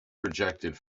projected